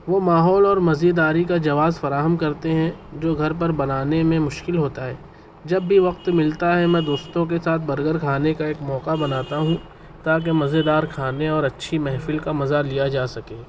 وہ ماحول اور مزیداری کا جواز فراہم کرتے ہیں جو گھر پر بنانے میں مشکل ہوتا ہے جب بھی وقت ملتا ہے میں دوستوں کے ساتھ برگر کھانے کا ایک موقع بناتا ہوں تاکہ مزیدار کھانے اور اچھی محفل کا مزہ لیا جا سکے